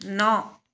ন